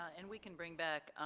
and we can bring back,